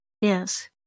Yes